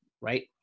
right